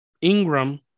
Ingram